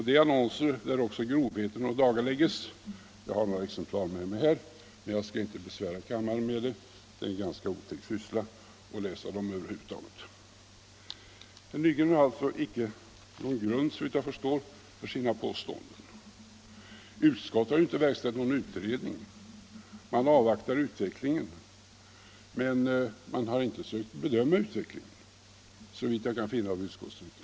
Det är annonser där också grovheten ådagaläggs. Jag har några exemplar med mig här, men jag skall inte besvära kammaren med dem. Det är en ganska otäck syssla att läsa dem över huvud taget. Herr Nygren har alltså inte någon grund för sina påståenden, såvitt jag förstår. Utskottet har inte verkställt någon utredning. Man avvaktar utvecklingen, men man har inte försökt bedöma den, såvitt jag kan finna av utskottstrycket.